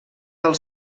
del